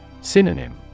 Synonym